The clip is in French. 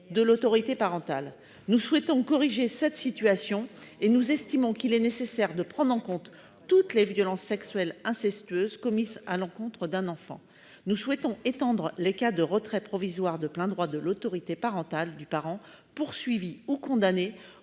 de l'autorité parentale : nous souhaitons corriger cette situation. Nous estimons nécessaire de prendre en compte l'ensemble des violences sexuelles incestueuses commises à l'encontre d'un enfant, et voulons étendre les cas de retrait provisoire de plein droit de l'autorité parentale du parent poursuivi ou condamné